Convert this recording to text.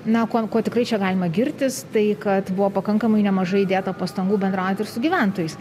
na kuo tikrai čia galima girtis tai kad buvo pakankamai nemažai įdėta pastangų bendraujant ir su gyventojais